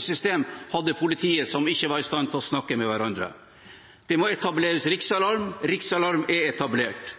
system som ikke var i stand til å snakke med hverandre. Det må etableres riksalarm: Riksalarm er etablert.